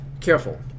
careful